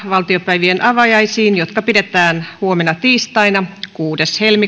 valtiopäivien avajaisiin jotka pidetään huomenna tiistaina kuudes